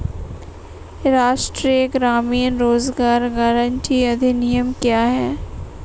राष्ट्रीय ग्रामीण रोज़गार गारंटी अधिनियम क्या है?